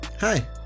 Hi